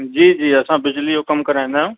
जी जी असां बिजलीअ जो कमु कराईंदा आहियूं